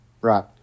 Right